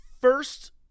first